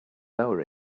lower